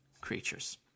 creatures